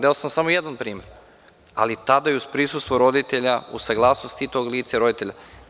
Dao sam samo jedan primer, ali tada i uz prisustvo roditelja, uz saglasnost i tog lica i roditelja.